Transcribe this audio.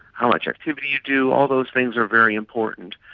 how much activity you do, all those things are very important,